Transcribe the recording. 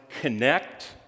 connect